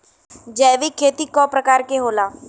जैविक खेती कव प्रकार के होला?